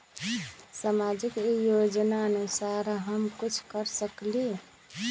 सामाजिक योजनानुसार हम कुछ कर सकील?